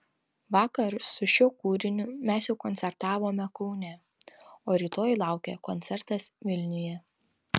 vakar su šiuo kūriniu mes jau koncertavome kaune o rytoj laukia koncertas vilniuje